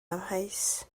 amheus